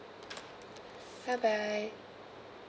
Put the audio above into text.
bye bye